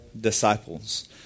disciples